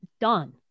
done